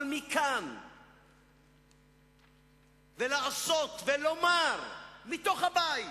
אבל מכאן ועד לעשות, ולומר, מתוך הבית,